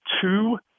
two